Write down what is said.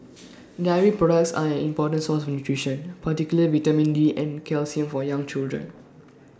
dairy products an important source of nutrition particular vitamin D and calcium for young children